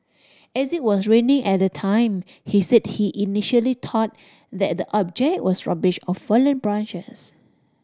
as it was raining at the time he said he initially thought that the object was rubbish or fallen branches